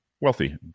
Wealthy